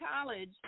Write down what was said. college